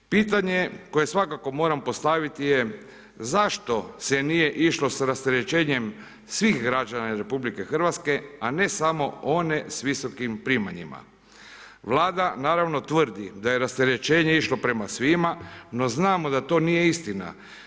Pitanje koje svakako moram postaviti je zašto se nije išlo s rasterećenjem svih građana RH, a ne samo one s visokim primanjima, Vlada naravno tvrdi da je rasterećenje išlo prema svima, no znamo da to nije istina.